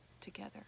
together